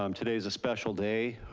um today's a special day.